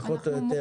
פחות או יותר.